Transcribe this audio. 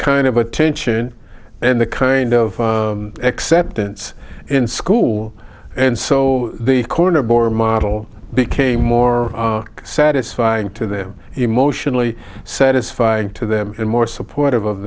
kind of attention and the kind of acceptance in school and so the corner bar model became more satisfying to them emotionally satisfying to them and more supportive of